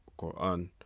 Quran